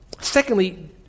Secondly